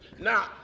Now